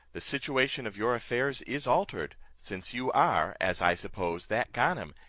the situation of your affairs is altered, since you are, as i suppose, that ganem,